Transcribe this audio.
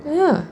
uh ya